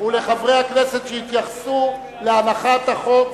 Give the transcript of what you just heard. ולחברי הכנסת שהתייחסו להנחת החוק,